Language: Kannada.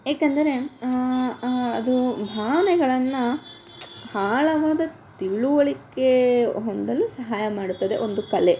ಯಾಕಂದರೆ ಅದು ಭಾವನೆಗಳನ್ನ ಆಳವಾದ ತಿಳಿವಳಿಕೆ ಹೊಂದಲು ಸಹಾಯ ಮಾಡುತ್ತದೆ ಒಂದು ಕಲೆ